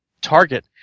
target